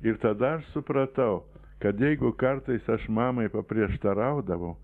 ir tada aš supratau kad jeigu kartais aš mamai paprieštaraudavau